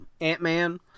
Ant-Man